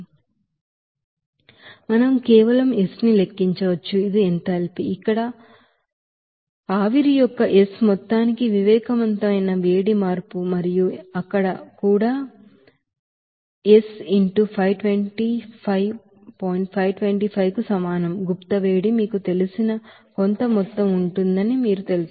మనం కేవలం S ని లెక్కించవచ్చు ఇది ఎంథాల్పీ ఇది అక్కడ ఆవిరి యొక్క S మొత్తానికి సెన్సిబిల్ హీట్ చేంజ్ మరియు అక్కడ కూడా to S into 525 525 కు సమానమైన లేటెంట్ హీట్ మీకు తెలిసిన కొంత మొత్తం ఉంటుందని మీకు తెలుసు